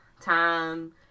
time